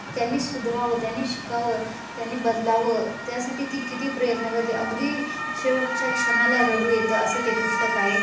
त्यांनी सुधरावं त्यांनी शिकावं त्यानी बदलावं त्यासाठी ती किती प्रयत्न करते अगदी शेवटच्या क्षणाला रडू येतं असं ते पुस्तक आहे